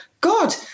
god